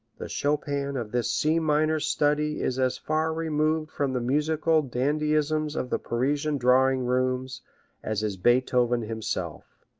the chopin of this c minor study is as far removed from the musical dandyisms of the parisian drawing rooms as is beethoven himself.